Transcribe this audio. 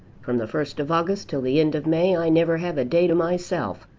from the first of august till the end of may i never have a day to myself,